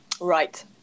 Right